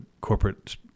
corporate